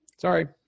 Sorry